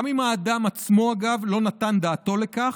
גם אם האדם עצמו, אגב, לא נתן דעתו לכך,